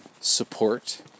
support